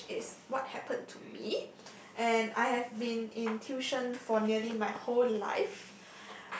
which is what happen to me and I have been in tuition for nearly my whole life